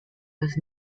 was